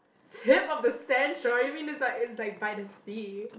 tip of the sand you mean it's like it's like by the sea